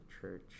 Church